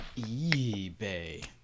eBay